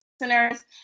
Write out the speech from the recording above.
listeners